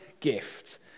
gift